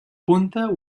punta